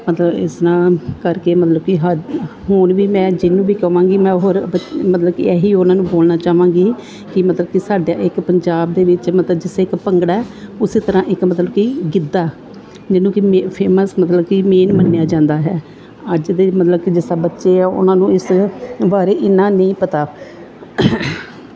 ਮਤਲਬ ਇਸ ਤਰ੍ਹਾਂ ਕਰਕੇ ਮਤਲਬ ਕਿ ਹੱਦ ਹੁਣ ਵੀ ਮੈਂ ਜਿਹਨੂੰ ਵੀ ਕਹਾਂਗੀ ਮੈਂ ਹੋਰ ਮਤਲਬ ਕਿ ਇਹੀ ਉਹਨਾਂ ਨੂੰ ਬੋਲਣਾ ਚਾਹਾਂਗੀ ਕਿ ਮਤਲਬ ਕਿ ਸਾਡਾ ਇੱਕ ਪੰਜਾਬ ਦੇ ਵਿੱਚ ਮਤਲਬ ਜਿਸ ਇੱਕ ਭੰਗੜਾ ਉਸੇ ਤਰ੍ਹਾਂ ਇੱਕ ਮਤਲਬ ਕਿ ਗਿੱਧਾ ਜਿਹਨੂੰ ਕਿ ਮੈਂ ਫੇਮਸ ਮਤਲਬ ਕਿ ਮੇਨ ਮੰਨਿਆ ਜਾਂਦਾ ਹੈ ਅੱਜ ਦੇ ਮਤਲਬ ਕਿ ਜਿਸ ਤਰ੍ਹਾਂ ਕਿ ਬੱਚੇ ਆ ਉਹਨਾਂ ਨੂੰ ਇਸ ਬਾਰੇ ਇੰਨਾ ਨਹੀਂ ਪਤਾ